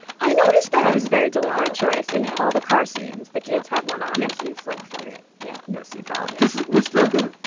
i noticed that i was very deliberate choice in all the car scenes. the kids have one on. he's like fuck it. yeah. no seat belt this was logan.